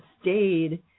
stayed